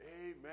Amen